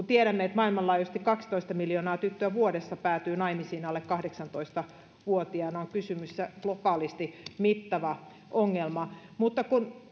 tiedämme maailmanlaajuisesti kaksitoista miljoonaa tyttöä vuodessa päätyy naimisiin alle kahdeksantoista vuotiaana kysymys on globaalisti mittavasta ongelmasta mutta kun